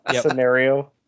scenario